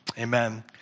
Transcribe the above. amen